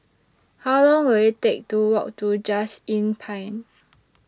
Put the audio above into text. How Long Will IT Take to Walk to Just Inn Pine